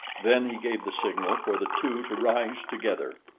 then he gave the signal for the two to rise together.